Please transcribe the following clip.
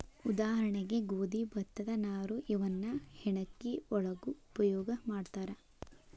ಉದಾಹರಣೆಗೆ ಗೋದಿ ಭತ್ತದ ನಾರು ಇವನ್ನ ಹೆಣಕಿ ಒಳಗು ಉಪಯೋಗಾ ಮಾಡ್ತಾರ